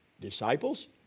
disciples